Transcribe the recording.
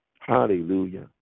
Hallelujah